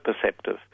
perceptive